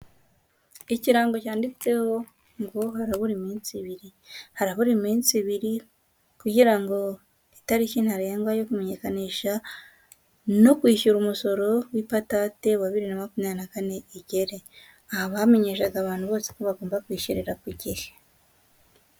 Ikirango cyanditseho ngo harabura iminsi ibiri. Harabura iminsi ibiri kugira ngo itariki ntarengwa yo kumenyekanisha no kwishyura umusoro w'ipatante wa bibiri na makumyabiri na kane igere. Aha bamenyeshaga abantu bose ko bagomba kwishyurira ku gihe.